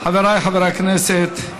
חבריי חברי הכנסת,